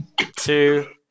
two